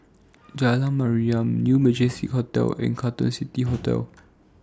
Jalan Mariam New Majestic Hotel and Carlton City Hotel